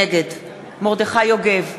נגד מרדכי יוגב,